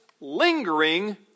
Lingering